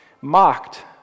mocked